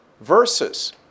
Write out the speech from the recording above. versus